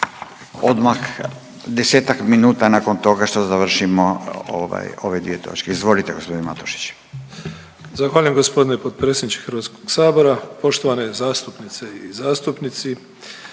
odmah 10-ak minuta nakon toga što završimo ovaj ove dvije točke. Izvolite gospodin Matušić. **Matušić, Frano (HDZ)** Zahvaljujem gospodine potpredsjedniče Hrvatskog sabora. Poštovane zastupnice i zastupnici,